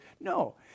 No